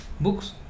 books